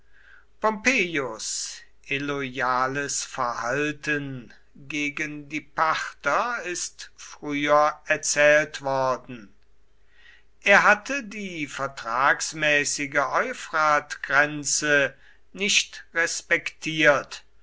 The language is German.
illoyales verhalten gegen die parther ist früher erzählt worden er hatte die vertragsmäßige euphratgrenze nicht respektiert